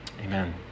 amen